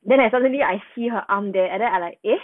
then like suddenly I see her arm there and then I like eh